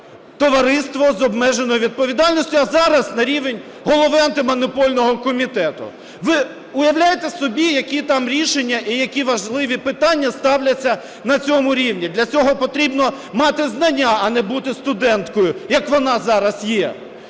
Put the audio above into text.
товариство з обмеженою відповідальністю, а зараз – на рівень Голови Антимонопольного комітету. Ви уявляєте собі, які там рішення і які важливі питання ставляться на цьому рівні, для цього потрібно мати знання, а не бути студенткою, як вона зараз є.